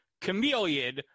Chameleon